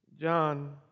John